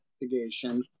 investigation